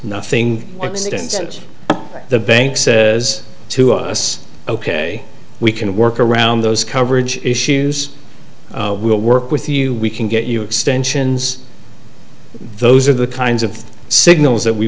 since the bank says to us ok we can work around those coverage issues we'll work with you we can get you extensions those are the kinds of signals that we